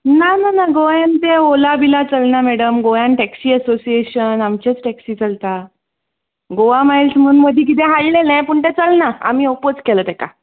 ना ना गोंयान तें ऑला बीला चलना मॅडम गोंयान टेक्सी एसोसियेशन आमच्योत टेक्सी चलता गोवा मायल्स म्हण मदीं कितें हाडलेले पूण तें चलना आमी ऑपोज केलो तेका